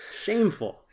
Shameful